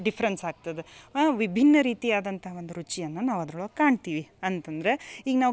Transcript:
difference ಆಗ್ತದೆ ವಿಭಿನ್ನ ರೀತಿಯಾದಂಥ ಒಂದು ರುಚಿಯನ್ನು ನಾವು ಅದ್ರೊಳಗೆ ಕಾಣ್ತೀವಿ ಅಂತಂದರೆ ಈಗ ನಾವು